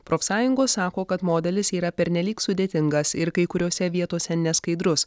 profsąjungos sako kad modelis yra pernelyg sudėtingas ir kai kuriose vietose neskaidrus